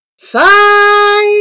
Five